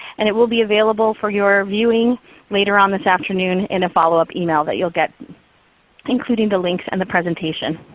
and it will be available for your viewing later on this afternoon in a follow-up email that you'll get including the links and the presentation.